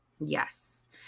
Yes